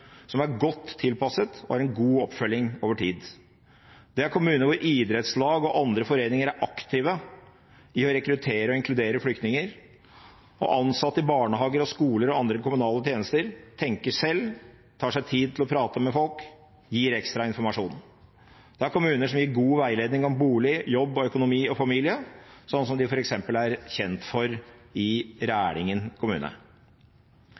godt tilpasset, og har en god oppfølging over tid. Det er kommuner hvor idrettslag og andre foreninger er aktive i å rekruttere og inkludere flyktninger og ansatte i barnehager, skoler og andre kommunale tjenester tenker selv, tar seg tid til å prate med folk, gir ekstra informasjon. Det er kommuner som gir god veiledning om bolig, jobb, økonomi og familie, sånn som de f.eks. er kjent for i Rælingen kommune.